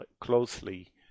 closely